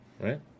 right